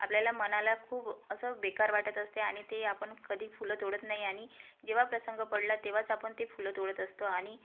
आपल्याला मनाला खूप असं बेकार वाटत असते आणि ते आपण कधी फुलं तोडत नाही आणि जेव्हा प्रसंग पडला तेव्हाच आपण ते फुलं तोडत असतो आणि